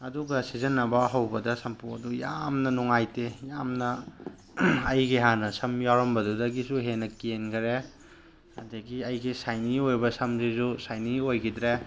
ꯑꯗꯨꯒ ꯁꯤꯖꯤꯟꯅꯕ ꯍꯧꯕꯗ ꯁꯝꯄꯨ ꯑꯗꯨ ꯌꯥꯝꯅ ꯅꯨꯡꯉꯥꯏꯇꯦ ꯌꯥꯝꯅ ꯑꯩꯒꯤ ꯍꯥꯟꯅ ꯁꯝ ꯌꯥꯎꯔꯝꯕꯗꯨꯗꯒꯤꯁꯨ ꯍꯦꯟꯅ ꯀꯦꯟꯈꯔꯦ ꯑꯗꯒꯤ ꯑꯩꯒꯤ ꯁꯥꯏꯅꯤ ꯑꯣꯏꯕ ꯁꯝꯁꯤꯁꯨ ꯁꯥꯏꯅꯤ ꯑꯣꯏꯈꯤꯗ꯭ꯔꯦ